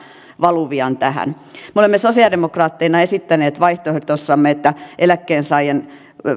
valuvian tähän me olemme sosialidemok raatteina esittäneet vaihtoehdossamme että eläkkeensaajan